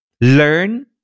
Learn